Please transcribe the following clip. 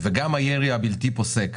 וגם הירי הבלתי פוסק,